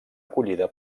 acollida